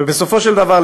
ובסופו של דבר,